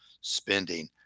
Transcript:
spending